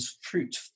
fruit